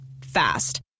Fast